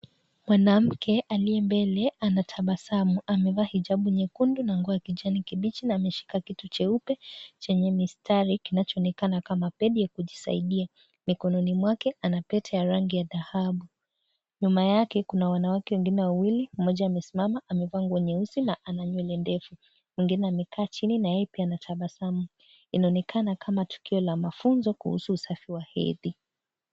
Mwanamke aliyembele anatabasamu amevaa hijabu nyekundu na nguo ya kijani kibichi na ameshika kitu jeupe Chenye mistari kinachoonekana kama peni ya kujisaidia mikononi mwake ana Pete ya rangi ya dhahabu ,nyuma yake kuna wanawake wengine wawili mmoja amesimama amevaa nguo nyeusi na ana nywele ndefu , mwingine amekaa chini na yeye pia anatabasamu. Inaonekana kama tukio la mafunzo kuhusu usafi wa hedhi.